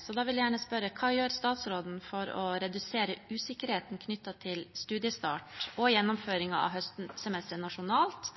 Så da vil jeg gjerne spørre: Hva gjør statsråden for å redusere usikkerheten knyttet til studiestart og gjennomføringen av høstsemesteret nasjonalt